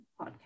Podcast